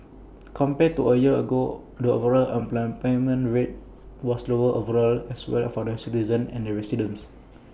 compared to A year ago the overall unemployment rate was lower overall as well as for both citizens and residents